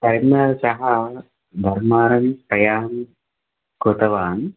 पर्णल् तः बर्माणं प्रयाणं कृतवान्